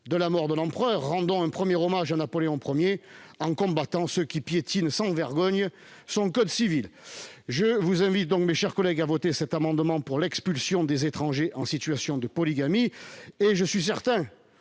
de la mort de l'empereur, rendons un premier hommage à Napoléon I en combattant ceux qui piétinent sans vergogne son code civil ! Je vous invite donc, mes chers collègues, à voter cet amendement visant à l'expulsion des étrangers en situation de polygamie. Je suis certain